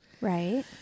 Right